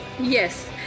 Yes